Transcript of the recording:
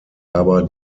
aber